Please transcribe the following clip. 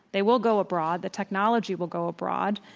they will go abroad. the technology will go abroad.